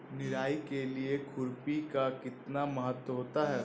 निराई के लिए खुरपी का कितना महत्व होता है?